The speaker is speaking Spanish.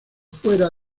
fuera